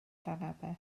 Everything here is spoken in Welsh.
llanaber